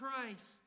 Christ